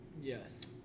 Yes